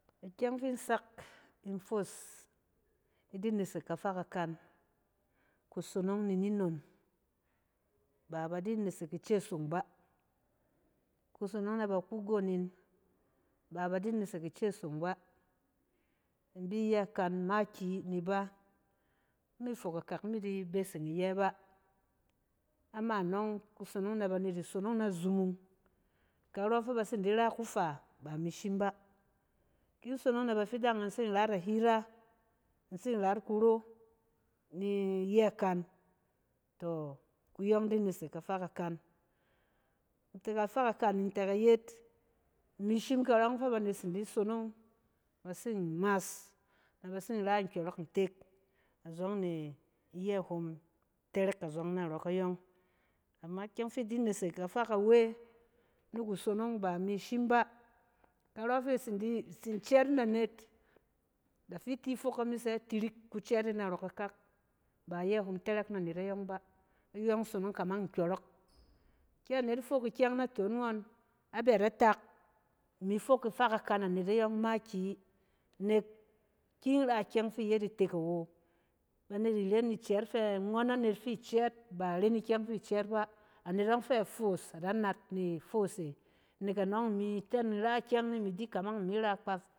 Ikyɛng fin sak in foos idi nesek kafa kakan kusonong ni ni nnon, ba ba di nesek ice song ba. Kusonong na ba kugon nin ba ba di nesek ice song ba. In bi iyɛ kan makiyi ni iba, imi fok akak mi di beseng iyɛ ba. Ama nↄng, kusonong na ba net isonong na zumung, karↄ ng fɛ ba tsin di ra kufa, ba mi shim ba. Kin sonong na bafidang in in tsin rayit a hira, in tsin rat kuro ni iyɛ kan, tↄ kuyↄng di nesek kafa kakan. Tɛ kafa kakan nin tɛ ka yet imi shim karↄng fɛ banet tsin di sonong ba tsin mas na ba tsin ra nkyↄrↄk ntek, a zↄng ne iyɛ hon tɛrɛk azↄng narↄ kayↄng. Ama ikyɛng fi idi nesek kafa kawe nukusonong ba imi shim ba karↄ fi itsin di-itsin cɛɛt yin na anet da fi ti fok ami tsɛ tirik kucɛɛt e narↄ kakak ba iyɛ hom tɛrɛk na net ayↄng ba. I yↄng sonong kamang nkyↄrↄk. Kɛ anet fok ikyɛng naton ngↄn abɛ da tek, imi fok kafa kakan anet ayↄng makiyi. Nek kin ra kyɛng fi iyet itek awo, banet irẻn icɛɛt fɛ ngↄn anet fi icɛɛt, ba iren ikyɛng fi cɛɛt ba, anet ↄng fɛ foos, ade nat ni foos e. Nek anↄng imi tɛn ni nra kyɛng ni ni di kamang imi ra kpaf.